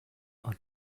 are